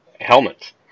helmets